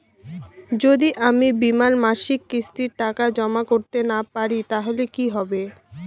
যদি আমি বীমার মাসিক কিস্তির টাকা জমা করতে না পারি তাহলে কি হবে?